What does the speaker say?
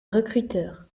recruteur